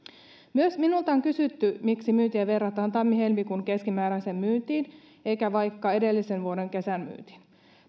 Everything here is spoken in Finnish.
myös minulta on kysytty miksi myyntiä verrataan tammi helmikuun keskimääräiseen myyntiin eikä vaikka edellisen vuoden kesän myyntiin